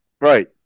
Right